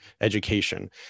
education